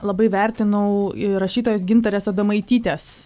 labai vertinau ir rašytojos gintarės adomaitytės